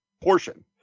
portion